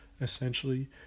essentially